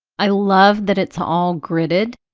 i love that it's all gridded.